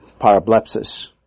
parablepsis